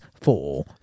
four